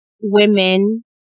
women